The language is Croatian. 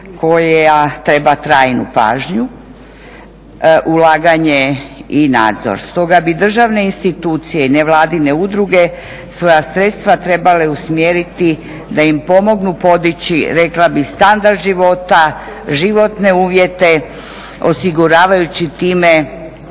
koja treba trajnu pažnju, ulaganje i nadzor. Stoga bi državne institucije i nevladine udruge svoja sredstva trebala usmjeriti da im pomognu podići rekla bih standard života, životne uvjete, osiguravajući time